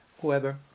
whoever